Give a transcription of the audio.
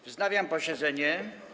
Wznawiam posiedzenie.